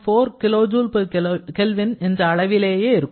4 kJK என்ற அளவிலேயே இருக்கும்